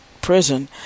prison